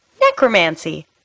necromancy